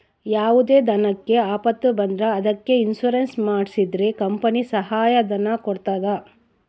ಯಾವುದೇ ದನಕ್ಕೆ ಆಪತ್ತು ಬಂದ್ರ ಅದಕ್ಕೆ ಇನ್ಸೂರೆನ್ಸ್ ಮಾಡ್ಸಿದ್ರೆ ಕಂಪನಿ ಸಹಾಯ ಧನ ಕೊಡ್ತದ